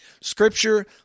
Scripture